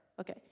okay